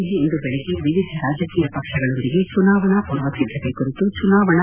ಚೆನ್ನೈನಲ್ಲಿ ಇಂದು ಬೆಳಗ್ಗೆ ವಿವಿಧ ರಾಜಕೀಯ ಪಕ್ಷಗಳೊಂದಿಗೆ ಚುನಾವಣಾ ಪೂರ್ವ ಸಿದ್ದತೆ ಕುರಿತು ಚುನಾವಣಾ